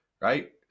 right